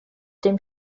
dem